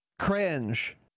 Cringe